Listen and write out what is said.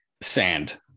sand